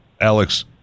alex